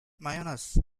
mayonnaise